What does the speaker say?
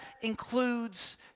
includes